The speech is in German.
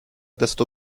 desto